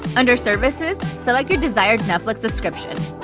um under services, select your desired netflix subscription.